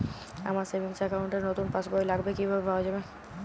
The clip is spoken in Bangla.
আমার সেভিংস অ্যাকাউন্ট র নতুন পাসবই লাগবে, কিভাবে পাওয়া যাবে?